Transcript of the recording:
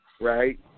right